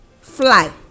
fly